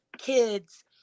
kids